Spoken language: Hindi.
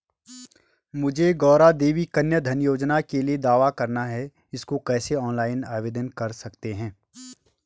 मुझे गौरा देवी कन्या धन योजना के लिए दावा करना है इसको कैसे ऑनलाइन आवेदन कर सकते हैं?